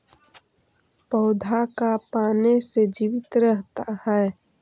पौधा का पाने से जीवित रहता है?